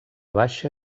baixa